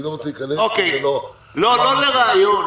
לא לרעיון.